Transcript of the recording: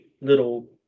little